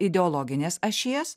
ideologinės ašies